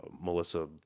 Melissa